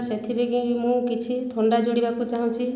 ସେଥିରେ ଯେଉଁ ମୁଁ କିଛି ଥଣ୍ଡା ଯୋଡ଼ିବାକୁ ଚାହୁଁଛି